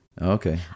Okay